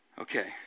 Okay